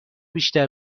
بیشتر